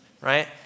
Right